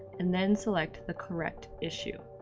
and then select the correct issue.